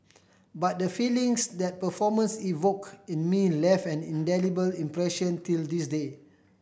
but the feelings that performance evoked in me left an indelible impression till this day